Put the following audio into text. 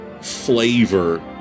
flavor